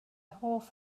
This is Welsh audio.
hoff